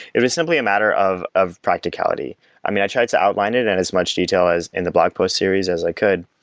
it was simply a matter of of practicality i mean, i tried to outline it in and as much detail as in the blog post series as i could,